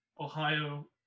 ohio